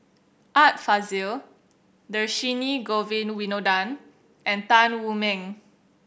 Art Fazil Dhershini Govin Winodan and Tan Wu Meng